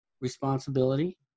responsibility